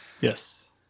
Yes